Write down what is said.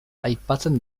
aipatzen